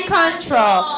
control